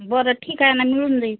बर ठीक आहे मग मिळून जाईल